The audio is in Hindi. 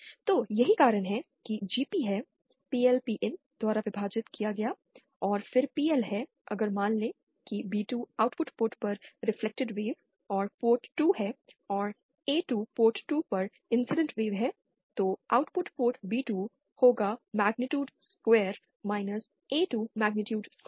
तो यही कारण है कि GP है PL Pin द्वारा विभाजित किया गया है और फिर PL है अगर मान लें कि B2 आउटपुट पोर्ट पर रिफ्लेक्टेड वेव और पोर्ट 2 है और A2 पोर्ट 2 पर इंसीडेंट वेव है तो आउटपुट पोर्ट B2 होगा magnitude square A2 magnitude square